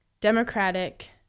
Democratic